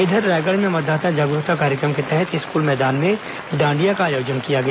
इधर रायगढ़ में मतदाता जागरूकता कार्यक्रम के तहत स्कूल मैदान में डांडिया का आयोजन किया गया